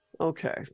Okay